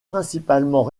principalement